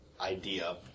idea